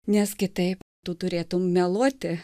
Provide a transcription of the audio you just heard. nes kitaip tu turėtumei meluoti